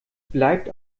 bleibt